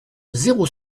zéro